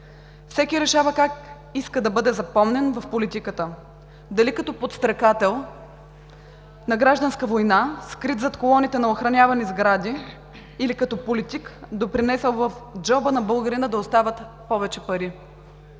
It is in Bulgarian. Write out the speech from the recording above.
Всеки решава как иска да бъде запомнен в политиката – дали като подстрекател на гражданска война, скрит зад колоните на охраняваните сгради, или като политик, допринесъл в джоба на българина да остават повече пари.